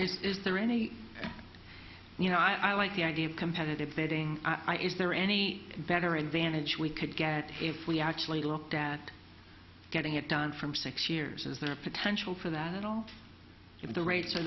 is is there any you know i like the idea of competitive bidding i is there any better advantage we could get if we actually looked at getting it done from six years is there a potential for that at all in the rates